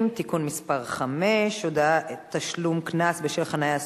(תיקון מס' 5) (הודעת תשלום קנס בשל חנייה אסורה),